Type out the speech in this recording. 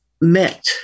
met